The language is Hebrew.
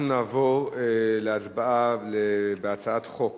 אנחנו נעבור להצבעה על הצעת חוק